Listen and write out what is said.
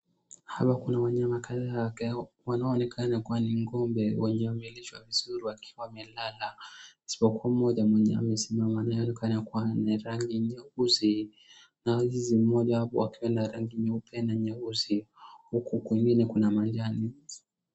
Hapa kuna wanyama kadhaa wanaoonekana kuwa ni ng'ombe wenye wamelishwa vizuri wakiwa wamelala, isipokuwa mmoja mwenye amesimama na anaonekana kuwa na rangi nyeusi na hizi zingine wakiwa na rangi nyeupe na nyeusi, na huku kwingine kuna majani.